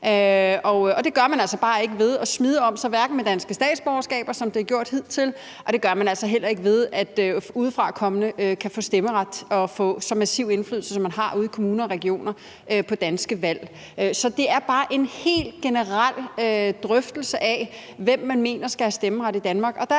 altså bare hverken ved at smide om sig med danske statsborgerskaber, som man har gjort hidtil, eller ved at udefrakommende kan få stemmeret og få så massiv indflydelse, som de har ude i kommunerne og regionerne, på danske valg. Så det er bare en helt generel drøftelse af, hvem man mener skal have stemmeret i Danmark.